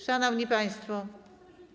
Szanowni państwo.